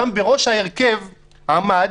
ושם בראש ההרכב עמד,